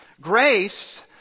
Grace